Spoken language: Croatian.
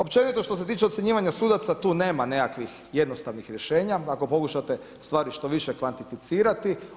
Općenito što se tiče ocjenjivanja sudaca, tu nema nekakvih jednostavnih rješenja ako pokušate stvari što više kvantificirati.